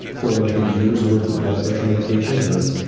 for like a year's worth of blood pressure medication or?